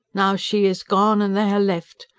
now, she is gone and they are left.